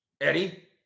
Eddie